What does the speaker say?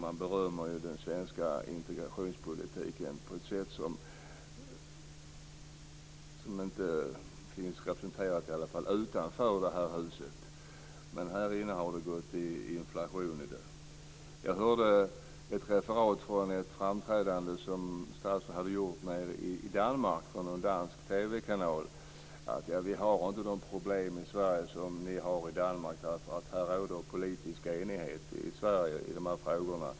Man berömmer den svenska integrationspolitiken på ett sätt som i alla fall inte finns representerat utanför det här huset. Härinne har det gått inflation i det. Jag hörde ett referat från ett framträdande som statsrådet hade gjort i Danmark, på någon dansk TV kanal: Vi har inte de problemen i Sverige som ni har i Danmark, för det råder politisk enighet i Sverige i de här frågorna.